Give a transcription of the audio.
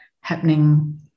happening